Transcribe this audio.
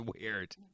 weird